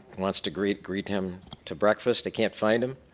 wants to greet greet him to breakfast, they can't find him.